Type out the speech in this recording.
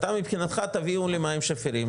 אתה מבחינתך תביאו לי מים שפירים,